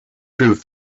prove